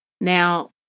Now